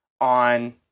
on